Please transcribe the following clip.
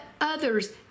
others